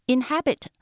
Inhabit